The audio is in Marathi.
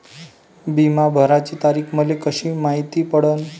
बिमा भराची तारीख मले कशी मायती पडन?